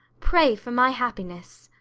pray for my happiness.